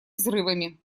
взрывами